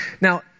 Now